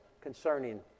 concerning